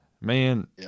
man